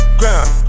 ground